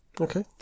Okay